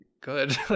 good